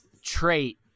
Trait